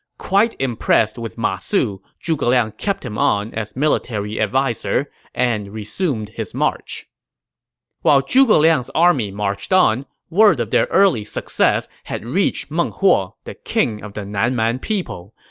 quite impressed with ma su, zhuge liang kept him on as military adviser and resumed his march while zhuge liang's army marched on, word of their early success had reached meng huo, the king of the nan man people.